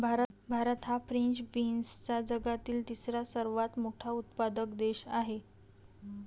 भारत हा फ्रेंच बीन्सचा जगातील तिसरा सर्वात मोठा उत्पादक देश आहे